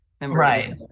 Right